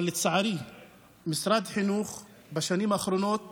אבל לצערי משרד החינוך בשנים האחרונות